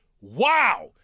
Wow